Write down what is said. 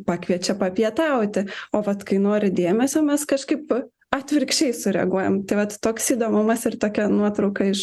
pakviečia papietauti o vat kai nori dėmesio mes kažkaip atvirkščiai sureaguojam tai vat toks įdomumas ir tokia nuotrauka iš